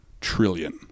trillion